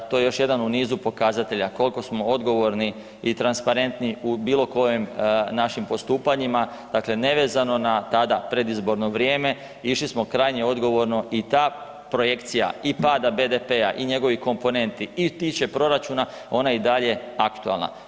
To je još jedan u nizu pokazatelja koliko smo odgovorni i transparentni u bilo kojim našim postupanjima, dakle nevezano na tada predizborno vrijeme, išli smo krajnje odgovorno i ta projekcija i pada BDP-a i njegovih komponenta i tiče proračuna ona je i dalje aktualna.